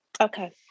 okay